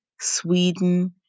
Sweden